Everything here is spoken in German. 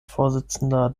vorsitzender